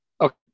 Okay